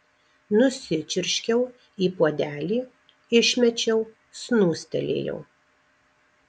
nusičiurškiau į puodelį išmečiau snūstelėjau